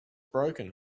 broken